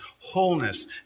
wholeness